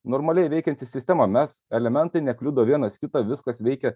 normaliai veikianti sistema mes elementai nekliudo vienas kitą viskas veikia